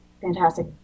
fantastic